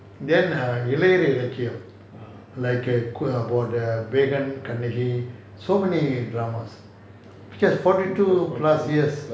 then err ஏழையர் இலக்கியம்:elaiyar ilakiyam like err Pegan கண்ணகி:began kannagi so many dramas because forty two plus years